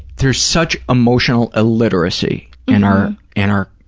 there's such emotional illiteracy in our in our